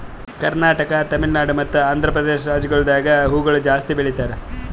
ಕರ್ನಾಟಕ, ತಮಿಳುನಾಡು ಮತ್ತ ಆಂಧ್ರಪ್ರದೇಶ ರಾಜ್ಯಗೊಳ್ದಾಗ್ ಹೂವುಗೊಳ್ ಜಾಸ್ತಿ ಬೆಳೀತಾರ್